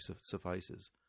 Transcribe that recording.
suffices